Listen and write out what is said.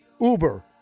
Uber